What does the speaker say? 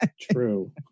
True